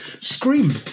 Scream